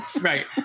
Right